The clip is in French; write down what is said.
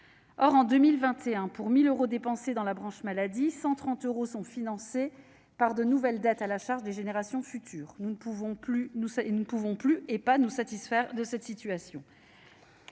Or, en 2021, pour 1 000 euros dépensés dans la branche maladie, 130 euros sont financés par de nouvelles dettes à la charge des générations futures. Nous ne pouvons pas nous satisfaire d'une telle situation,